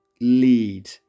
lead